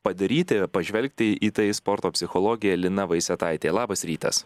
padaryti pažvelgti į tai sporto psichologė lina vaisetaitė labas rytas